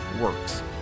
works